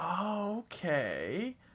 Okay